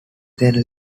then